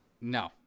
No